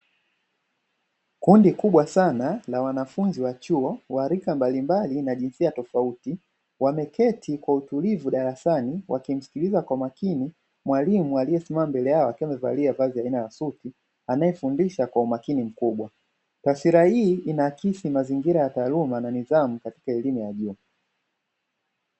Kundi kubwa sana la wanafunzi wa chuo wa rika mbalimbali na jinsia tofauti wameketi kwa utulivu darasani wakimsikiliza kwa makini mwalimu aliyesimama mbele yao akiwa amevalia vazi la aina ya suti anayefundisha kwa umakini mkubwa. Taswira hii inaakisi mazingira ya taaluma na nidhamu katika elimu ya juu.